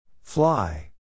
Fly